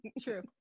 True